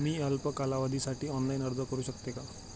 मी अल्प कालावधीसाठी ऑनलाइन अर्ज करू शकते का?